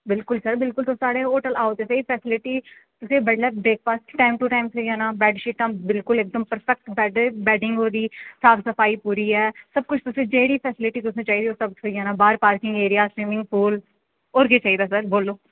बिल्कुल सर तुस साढ़े होटल आओ ते स्हेई तुसेंगी बडलै ब्रेकफॉस्ट टाईम टू टाईम थ्होई जाना बेडशीटां बिल्कुल बेडें दी बिल्कुल परफेक्ट बेडिंग होई दी साफ सफाई पूरी ऐ जेह्ड़ी फेस्लिटी तुसें चाहिदी थ्होई जानी बाहर पार्किंग एरिया स्विमिंग पुल होर केह् चाहिदा सर बोल्लो